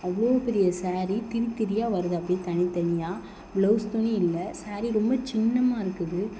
அவ்வளோ பெரிய ஸாரி திரி திரியாக வருது அப்படியே தனித் தனியாக பிளவுஸ் துணி இல்லை ஸாரி ரொம்ப சின்னதா இருக்குது